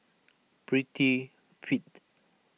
Prettyfit